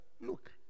look